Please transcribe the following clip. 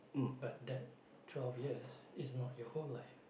but that twelve years is not your whole life